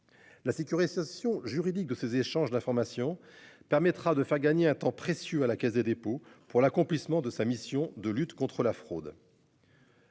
La sécurisation juridique de ces échanges d'information permettra de faire gagner un temps précieux à la Caisse des dépôts pour l'accomplissement de sa mission de lutte contre la fraude.--